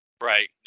Right